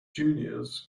juniors